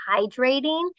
hydrating